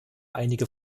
einige